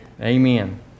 Amen